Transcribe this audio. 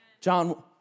John